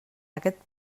aquest